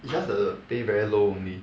is just the pay very low only